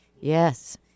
yes